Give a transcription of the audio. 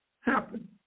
happen